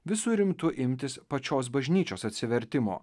visu rimtu imtis pačios bažnyčios atsivertimo